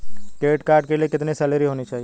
Credit card के लिए कितनी सैलरी होनी चाहिए?